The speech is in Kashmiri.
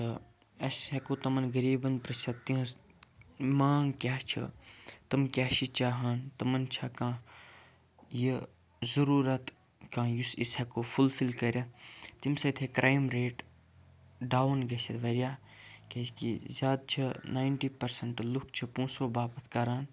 تہٕ أسۍ ہیٚکو تِمن غٔریٖبَن پِرٛژھِتھ تِہِنٛز مانٛگ کیاہ چھِ تِم کیاہ چھِ چاہان تِمَن چھَ کانٛہہ یہٕ ضروٗرَت کانٛہہ یُس أسۍ ہیٚکو فُلفِل کٔرِتھ تَمہِ سۭتۍ ہیٚکہِ کرٛایِم ریٹ ڈاوُن گٔژھِتھ واریاہ کیازِکہِ زیادٕ چھِ نَیِنٹی پٕرسَنٛٹ لُکھ چھِ پونٛسو باپَتھ کَران